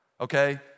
okay